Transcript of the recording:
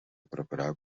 preparar